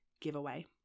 giveaway